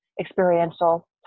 experiential